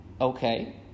Okay